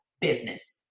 business